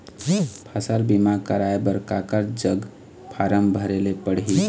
फसल बीमा कराए बर काकर जग फारम भरेले पड़ही?